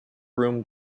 room